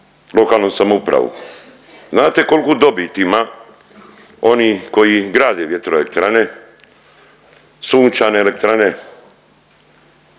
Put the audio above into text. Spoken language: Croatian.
lokalnu samoupravu. Znate koliku dobit ima oni koji grade vjetroelektrane, sunčane elektrane,